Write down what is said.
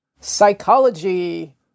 Psychology